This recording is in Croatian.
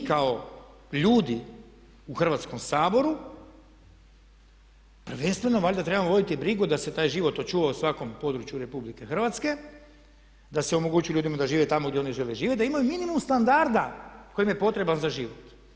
Mi kao ljudi u Hrvatskom saboru prvenstveno valjda trebamo voditi brigu da se taj život očuva u svakom području RH, da se omogući ljudima da žive tamo gdje oni žele živjeti i da imaju minimum standarda koji im je potreban za život.